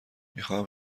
میخواهم